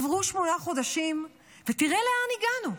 עברו שמונה חודשים, ותראה לאן הגענו.